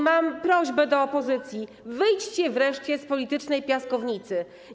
Mam prośbę do opozycji: Wyjdźcie wreszcie z politycznej piaskownicy.